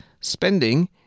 spending